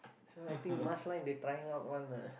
so I think line they trying out one uh